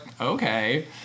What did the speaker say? okay